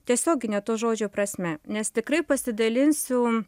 tiesiogine to žodžio prasme nes tikrai pasidalinsiu